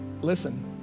Listen